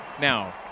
now